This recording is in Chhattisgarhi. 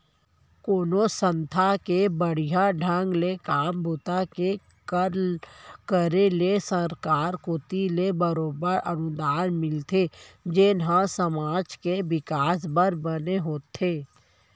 कोनो संस्था के बड़िहा ढंग ले काम बूता के करे ले सरकार कोती ले बरोबर अनुदान मिलथे जेन ह समाज के बिकास बर बने होथे